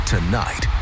Tonight